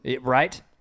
Right